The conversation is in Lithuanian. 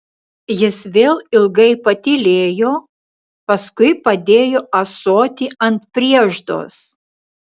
jis vėl ilgai patylėjo paskui padėjo ąsotį ant prieždos